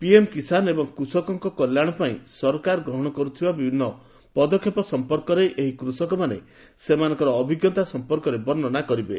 PM Kisan ଏବଂ କୃଷକଙ୍କ କଲ୍ୟାଣ ପାଇଁ ସରକାର ଗ୍ରହଣ କରିଥିବା ବିଭିନ୍ନ ପଦକ୍ଷେପ ସମ୍ପର୍କରେ ଏହି କୃଷକମାନେ ସେମାନଙ୍କ ଅଭିଜ୍ଞତା ସମ୍ପର୍କରେ ବର୍ଷ୍ଣନା କରିବେ